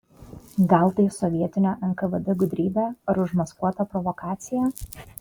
gal tai sovietinio nkvd gudrybė ar užmaskuota provokacija